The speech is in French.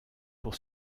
pour